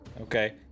Okay